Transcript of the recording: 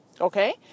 okay